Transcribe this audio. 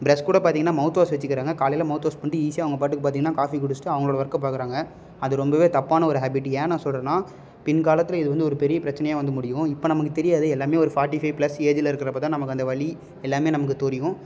brush கூட பார்த்திங்கனா mouthwash வச்சுக்கிறாங்க காலையில் மவுத் வாஷ் பண்ணிவிட்டு ஈஸியாக அவங்க பாட்டுக்கு பார்த்திங்கனா காஃபி குடிச்சுட்டு அவங்களோட ஒர்க்கை பாக்கிறாங்க அது ரொம்ப தப்பான ஒரு ஹேபிட்டு ஏன் நான் சொல்கிறேன்னா பின்காலத்தில் இது வந்து ஒரு பெரிய பிரச்சனையாக வந்து முடியும் இப்போ நமக்கு தெரியாது எல்லாம் ஒரு ஃபாட்டி ஃபைவ் பிளஸ் ஏஜில் இருக்கிறப்ப தான் நமக்கு அந்த வலி எல்லாம் நமக்கு தெரியும்